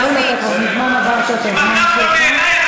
גם לבד,